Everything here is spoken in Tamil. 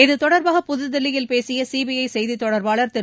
இத்தொடர்பாக புதுதில்லியில் பேசிய சிபிஐ செய்தி தொடர்பாளர் திரு